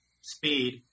speed